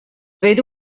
fer